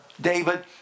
David